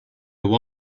there